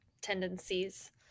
tendencies